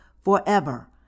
forever